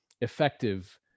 effective